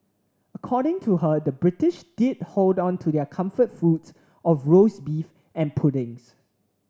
according to her the British did hold on to their comfort foods of roast beef and puddings